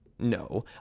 No